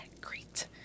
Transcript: great